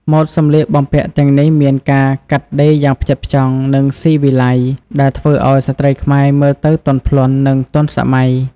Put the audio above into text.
ម៉ូដសម្លៀកបំពាក់ទាំងនេះមានការកាត់ដេរយ៉ាងផ្ចិតផ្ចង់ និងស៊ីវីល័យ ដែលធ្វើឲ្យស្ត្រីខ្មែរមើលទៅទន់ភ្លន់ និងទាន់សម័យ។